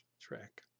track